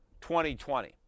2020